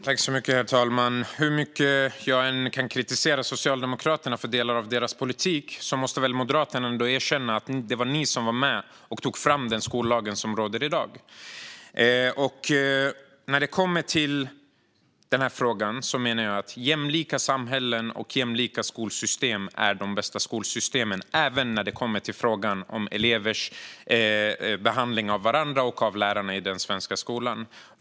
Herr talman! Hur mycket jag än kan kritisera Socialdemokraterna för delar av deras politik vill jag ändå säga att Moderaterna väl ändå måste erkänna att det var ni som var med och tog fram den skollag som råder i dag. När det kommer till den här frågan menar jag att jämlika samhällen och jämlika skolsystem är de bästa systemen även när det gäller frågan om elevers behandling av varandra och av lärarna i den svenska skolan.